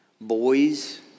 boys